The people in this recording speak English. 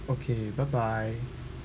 okay bye bye